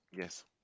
Yes